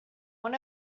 one